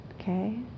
okay